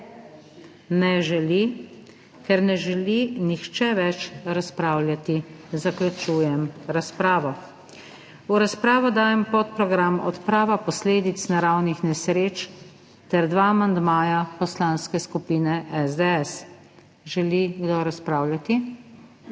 Ne želi. Ker ne želi nihče več razpravljati, zaključujem razpravo. V razpravo dajem podprogram Odprava posledic naravnih nesreč ter dva amandmaja Poslanske skupine SDS. Želi kdo razpravljati?